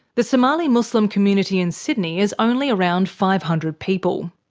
the somali muslim community in sydney is only around five hundred people.